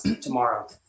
Tomorrow